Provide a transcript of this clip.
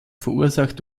verursacht